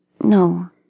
No